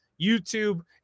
YouTube